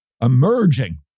emerging